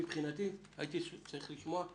מבחינתי, הייתי צריך לשמוע.